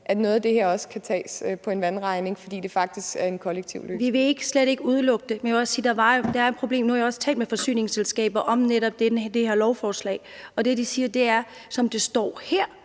at noget af det her også kan tages på en vandregning, fordi det faktisk er en kollektiv løsning? Kl. 11:19 Katarina Ammitzbøll (KF): Vi vil slet ikke udelukke det. Men jeg vil også sige, at der er et problem. Nu har jeg også talt med forsyningsselskaber om netop det her lovforslag, og det, de siger, er, at som det står her,